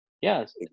yes